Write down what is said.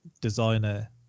designer